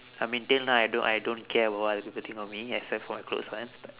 I mean till now I don~ I don't care about what other people think of me except for the close ones but